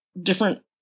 different